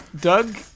Doug